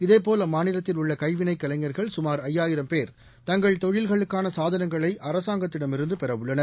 இதேபோல் அம்மாநிலத்தில் உள்ள கைவினைக் கலைஞர்கள் கமார் ஜயாயிரம் பேர் தங்கள் தொழில்களுக்கான சாதனங்களை அரசாங்கத்திடமிருந்து பெறவுள்ளனர்